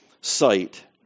sight